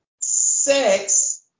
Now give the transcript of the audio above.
sex